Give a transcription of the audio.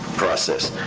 process.